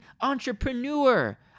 entrepreneur